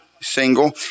Single